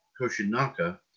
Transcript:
Koshinaka